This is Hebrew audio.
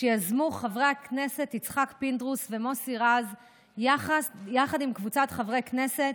שיזמו חברי הכנסת יצחק פינדרוס ומוסי רז יחד עם קבוצת חברי הכנסת.